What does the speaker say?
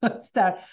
start